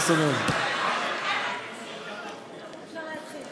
אפשר להתחיל.